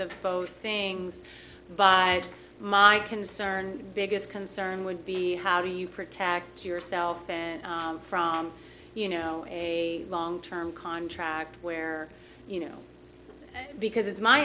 of both things by my concern biggest concern would be how do you protect yourself and from you know a long term contract where you know because it's my